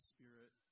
Spirit